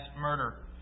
murder